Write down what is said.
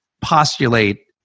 postulate